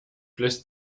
lässt